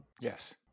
Yes